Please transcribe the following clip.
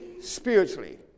spiritually